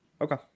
Okay